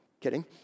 Kidding